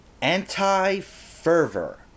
anti-fervor